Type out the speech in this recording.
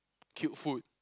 cute food